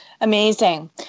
amazing